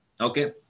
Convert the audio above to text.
Okay